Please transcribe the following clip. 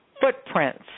footprints